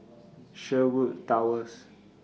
Sherwood Towers